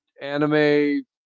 anime